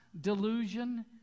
delusion